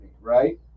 right